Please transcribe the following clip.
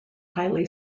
highly